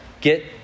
get